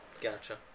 Gotcha